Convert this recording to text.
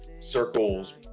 circles